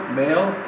male